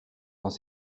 dans